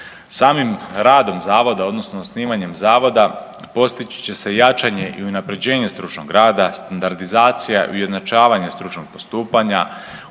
Samim radom Zavoda, odnosno osnivanjem Zavoda postići će se jačanje i unaprjeđenje stručnog rada, standardizacija i ujednačavanje stručnog postupanja,